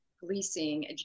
policing